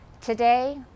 Today